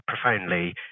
profoundly